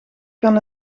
kan